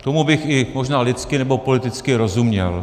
Tomu bych i možná lidsky nebo politicky rozuměl.